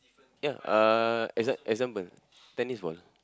ya uh exam example tennis ball